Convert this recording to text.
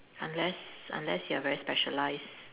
unless unless you are very specialized